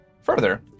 Further